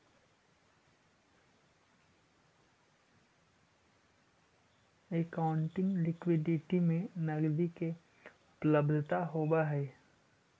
accounting liquidity में नकदी के उपलब्धता होवऽ हई